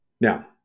Now